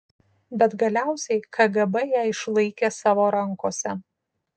bet galiausiai kgb ją išlaikė savo rankose